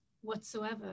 whatsoever